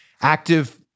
Active